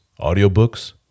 audiobooks